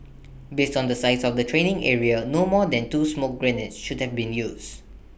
based on the size of the training area no more than two smoke grenades should have been used